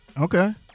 Okay